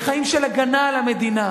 לחיים של הגנה על המדינה,